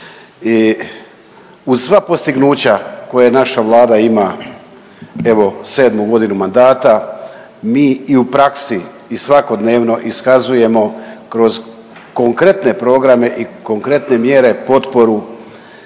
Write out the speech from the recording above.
uz sva postignuća koja naša Vlada ima evo 7 godinu mandata mi i u praksi i svakodnevno iskazujemo kroz konkretne programe i konkretne mjere potporu